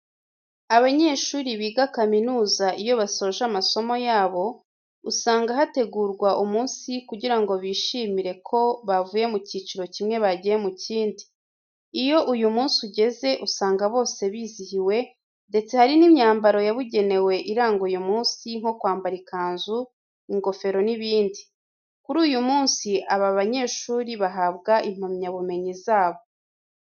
Abanyeshuri biga kaminuza iyo basoje amasomo yabo, usanga hategurwa umunsi kugira ngo bishimire ko bavuye mu cyiciro kimwe bagiye mu kindi, iyo uyu munsi ugeze usanga bose bizihiwe ndetse hari n'imyambaro yabugenewe iranga uyu munsi nko kwambara ikanzu, ingofero n'ibindi. Kuri uyu munsi aba banyeshuri bahabwa impamyabumenyi zabo.